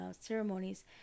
ceremonies